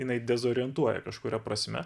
jinai dezorientuoja kažkuria prasme